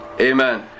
amen